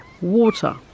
Water